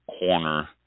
Corner